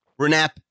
Renap